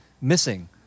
missing